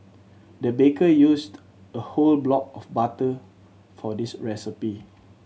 the baker used a whole block of butter for this recipe